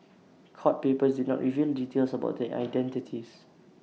court papers did not reveal details about their identities